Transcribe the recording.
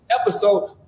episode